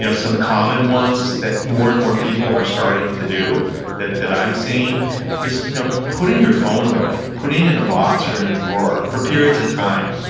you know some common ones that more and more people are starting to do that that i'm seeing is ah putting your phone away, putting in a box or in a drawer for periods of time,